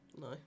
No